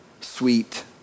sweet